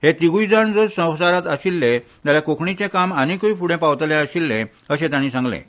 हे तिगूय जाण जर संवसारांत आशिल्ले जाल्यार कोंकणीचे काम आनिकूय फुडें पावतलें आशिल्लें अशें तांणी म्हळें